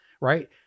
right